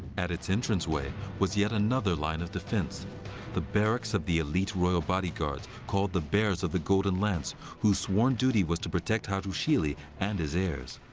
at its entrance way was yet another line of defense the barracks of the elite royal bodyguards called the bears of the golden lance, whose sworn duty was to protect hattusili and his heirs.